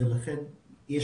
כמיטב יכולתנו.